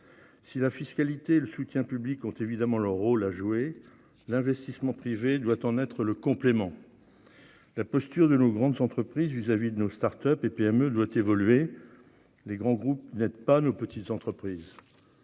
Si la fiscalité et le soutien public ont évidemment leur rôle à jouer, l'investissement privé doit en être le complément. La posture de nos grandes entreprises vis-à-vis de nos start-up et PME doit évoluer. Les grands groupes n'aident pas nos petites entreprises.